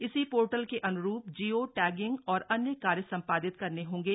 इसी पोर्टल के अन्रूप जिओ टैगिंग और अन्य कार्य सम्पादित करने होंगे